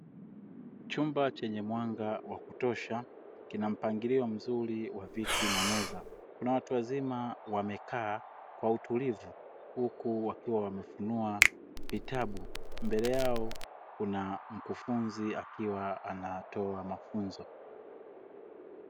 Chuumba chenye mwanga wa kutosha kina mpangilio mzuri wa viti na meza kuna watu wazima, wamekaa kwa utulivu huku wakiwa wamefunua vitabu mbele yao kuna mkufunzi akiwa anatoa mafunzo.